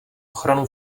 ochranu